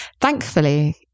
Thankfully